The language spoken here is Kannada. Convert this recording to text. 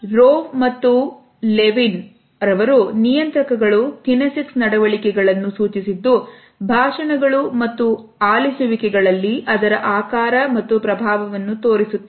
ರೋ ಮತ್ತು ಲೆವೆನ್ ರವರು ನಿಯಂತ್ರಕಗಳು ಕಿನೆಸಿಕ್ಸ್ ನಡವಳಿಕೆಗಳನ್ನು ಸೂಚಿಸಿದ್ದು ಭಾಷಣಗಳು ಮತ್ತು ಆಲಿಸುವಿಕೆ ಗಳಲ್ಲಿ ಅದರ ಆಕಾರ ಮತ್ತು ಪ್ರಭಾವವನ್ನು ತೋರಿಸುತ್ತದೆ